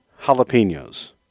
jalapenos